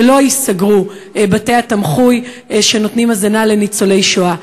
שלא ייסגרו בתי-התמחוי שנותנים הזנה לניצולי השואה.